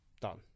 done